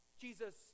Jesus